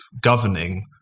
governing